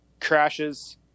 crashes